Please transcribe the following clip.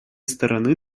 стороны